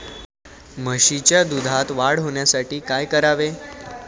म्हशीच्या दुधात वाढ होण्यासाठी काय करावे?